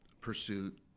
Pursuit